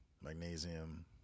Magnesium